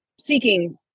seeking